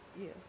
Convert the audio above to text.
yes